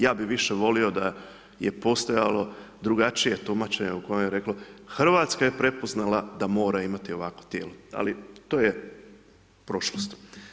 Ja bi više volio da je postojalo drugačije tumačenje u kojem je reklo, Hrvatska je prepoznala da mora imati ovakvo tijelo, ali to je prošlost.